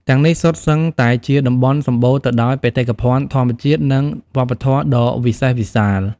ទាំងនេះសុទ្ធសឹងតែជាតំបន់សម្បូរទៅដោយបេតិកភណ្ឌធម្មជាតិ និងវប្បធម៌ដ៏វិសេសវិសាល។